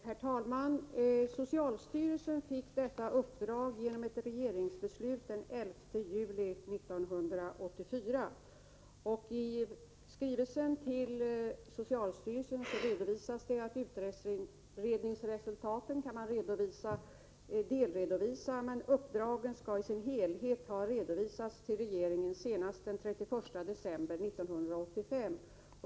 Herr talman! Socialstyrelsen fick detta uppdrag genom ett regeringsbeslut den 11 juli 1984. I skrivelsen till socialstyrelsen anges att utredningsresultaten kan delredovisas, men att uppdraget i sin helhet skall ha redovisats till regeringen senast den 31 december 1985.